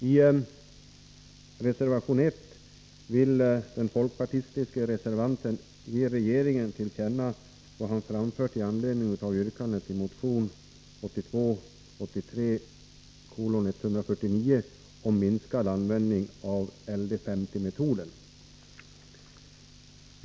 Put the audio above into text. I reservation 1 vill den folkpartistiske reservanten att riksdagen skall ge regeringen till känna vad han anfört i anledning av yrkandet i motion 1982/83:149 om minskad användning av LD50-metoden.